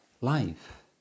life